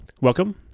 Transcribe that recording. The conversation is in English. Welcome